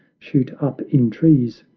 shoot up in trees,